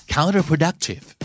Counterproductive